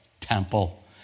temple